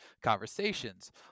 conversations